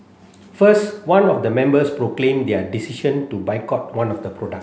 first one of the members proclaimed their decision to boycott one of the product